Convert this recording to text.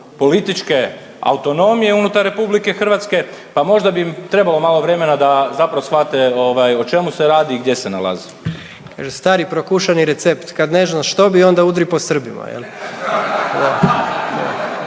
političke autonomije unutar Republike Hrvatske pa možda bi im trebalo malo vremena da zapravo shvate o čemu se radi i gdje se nalaze. **Jandroković, Gordan (HDZ)** Kaže stari prokušani recept: „Kad ne znaš što bi onda udri po Srbima“,